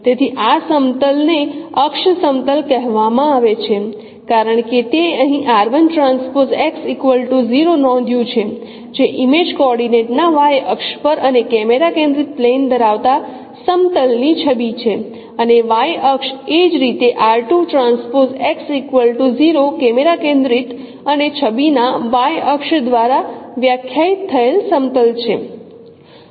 તેથી આ સમતલ ને અક્ષ સમતલ કહેવામાં આવે છે કારણ કે તે અહીં નોંધ્યું છે જે ઇમેજ કોઓર્ડિનેટના Y અક્ષ પર અને કેમેરા કેન્દ્રિત પ્લેન ધરાવતા સમતલ ની છબી છે અને Y અક્ષ એ જ રીતે કેમેરા કેન્દ્રિત અને છબીના Y અક્ષ દ્વારા વ્યાખ્યાયિત થયેલ સમતલ છે